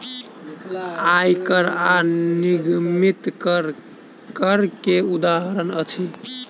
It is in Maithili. आय कर आ निगमित कर, कर के उदाहरण अछि